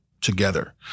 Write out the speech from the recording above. together